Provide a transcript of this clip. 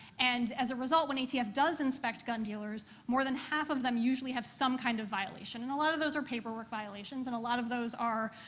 and as a result, when atf does inspect gun dealers, more than half of them usually have some kind of violation. and a lot of those are paperwork violations, and a lot of those are,